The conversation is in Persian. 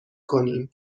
کنیم